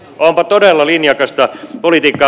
onpa todella linjakasta politiikkaa